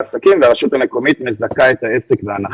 קיימים העסקים והרשות המקומית מזכה את העסק בהנחה.